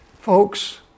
Folks